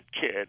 kid